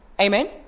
Amen